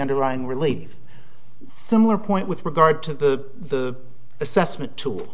underwriting relieve similar point with regard to the assessment tool